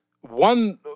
one